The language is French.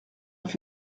fait